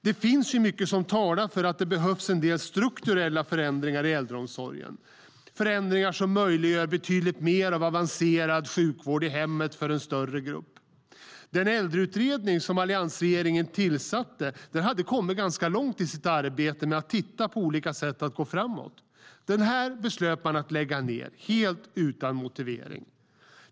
Det finns mycket som talar för att det behövs en del strukturella förändringar i äldreomsorgen - förändringar som möjliggör betydligt mer av avancerad sjukvård i hemmet för en större grupp. Äldreutredningen hade tillsatts av alliansregeringen och hade kommit rätt långt i sitt arbete med att titta på olika sätt att gå framåt. Den beslutade man att lägga ned, helt utan motivering.